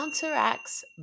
counteracts